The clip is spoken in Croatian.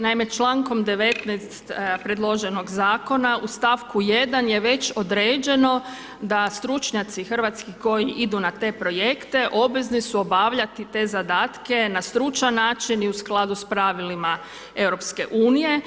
Naime, člankom 19. predloženog Zakona u stavku 1. je već određeno da stručnjaci Hrvatski koji idu na te projekte obvezni su obavljati te zadatke na stručan način i u skladu s pravilima EU.